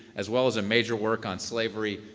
as well as a major work on slavery,